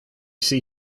see